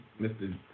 Mr